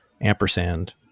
ampersand